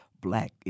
black